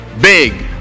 big